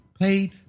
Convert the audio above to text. paid